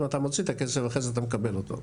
אתה מוציא את הכסף ואחר כך אתה מקבל אותו.